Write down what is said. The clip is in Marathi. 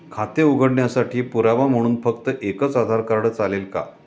खाते उघडण्यासाठी पुरावा म्हणून फक्त एकच आधार कार्ड चालेल का?